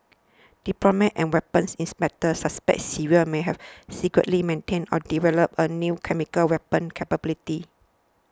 diplomats and weapons inspectors suspect Syria may have secretly maintained or developed a new chemical weapons capability